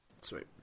sweet